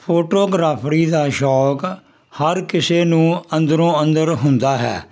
photography ਦਾ ਸ਼ੌਕ ਹਰ ਕਿਸੇ ਨੂੰ ਅੰਦਰੋਂ ਅੰਦਰ ਹੁੰਦਾ ਹੈ